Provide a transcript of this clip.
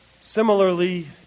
Similarly